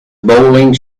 bowling